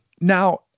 Now